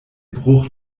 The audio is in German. bruch